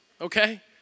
okay